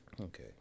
Okay